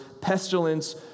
pestilence